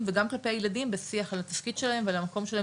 וגם כלפי הילדים בשיח על התפקיד שלהם ועל המקום שלהם